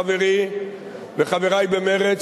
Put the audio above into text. חברותי וחברי במרצ,